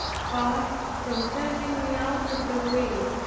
far from turning me out of the way,